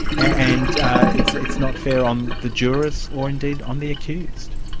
and it's it's not fair on the jurors or indeed on the accused.